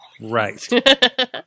Right